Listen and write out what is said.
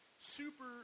super